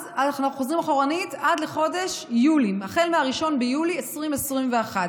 אנחנו חוזרים אחורה עד החל מ-1 ביולי 2021,